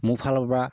মোৰ ফালৰপৰা